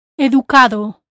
Educado